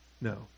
no